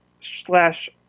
slash